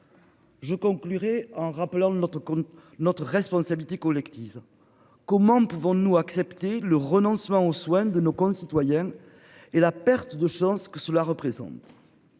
Je conclurai en rappelant notre. Notre responsabilité collective. Comment pouvons-nous accepter le renoncement aux soins de nos concitoyens et la perte de chance que cela représente.